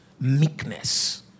Meekness